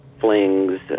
flings